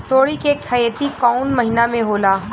तोड़ी के खेती कउन महीना में होला?